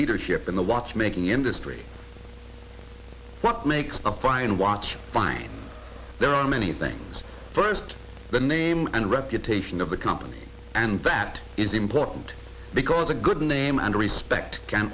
leadership in the watchmaking industry what makes a fine watch fine there are many things first the name and reputation of the company and that is important because a good name and respect can